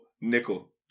Nickel